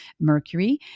Mercury